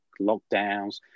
lockdowns